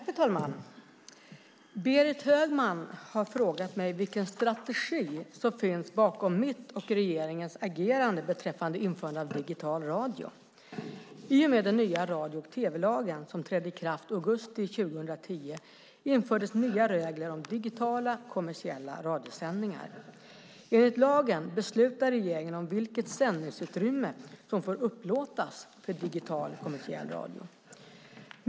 Fru talman! Berit Högman har frågat mig vilken strategi som finns bakom mitt och regeringens agerande beträffande införande av digital radio. I och med den nya radio och tv-lagen, som trädde i kraft i augusti 2010, infördes nya regler om digitala kommersiella radiosändningar. Enligt lagen beslutar regeringen om vilket sändningsutrymme som får upplåtas för digital kommersiell radio.